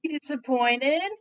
disappointed